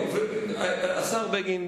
השר בגין,